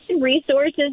Resources